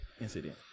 incident